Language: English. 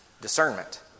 discernment